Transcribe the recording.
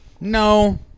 No